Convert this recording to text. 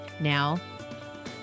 Now